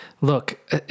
look